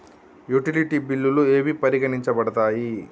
Utility బిల్లులు ఏవి పరిగణించబడతాయి?